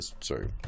Sorry